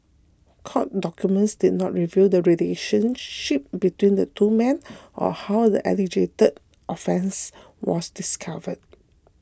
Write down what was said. court documents did not reveal the relationship between the two men or how the alleged offence was discovered